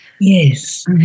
Yes